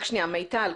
מיטל,